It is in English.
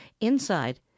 Inside